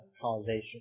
causation